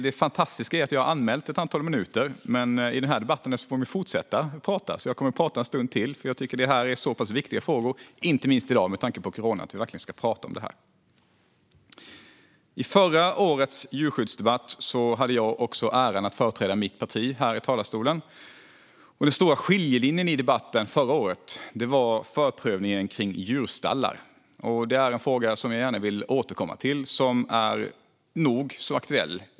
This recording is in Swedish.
Det fantastiska är att jag har anmält ett antal minuter och kommer att fortsätta prata en stund till, för jag tycker att det här är så pass viktiga frågor, inte minst i dag med tanke på corona, att vi verkligen ska prata om dem här. Också i förra årets djurskyddsdebatt hade jag äran att företräda mitt parti här i talarstolen. Den stora skiljelinjen i debatten förra året var i frågan om förprövning av djurstallar. Det är en fråga som jag gärna vill återkomma till och som nu är nog så aktuell.